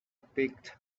picked